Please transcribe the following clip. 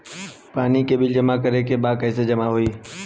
पानी के बिल जमा करे के बा कैसे जमा होई?